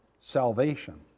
salvation